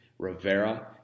Rivera